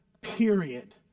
period